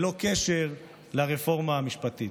ללא קשר לרפורמה המשפטית.